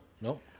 no